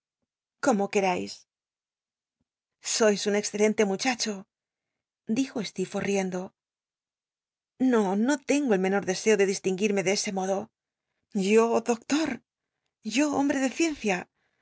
como querais sois un excelente muchacho dijo stccrfortb riendo no jl o no tengo el menor deseo de distinguinne de ese modo yo doctor yo hombre de ciencia